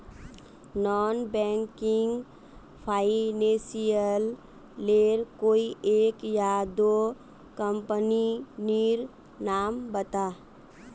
Non banking financial लेर कोई एक या दो कंपनी नीर नाम बता?